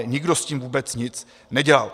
Nikdo s tím vůbec nic nedělal.